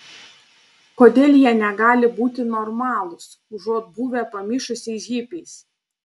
kodėl jie negali būti normalūs užuot buvę pamišusiais hipiais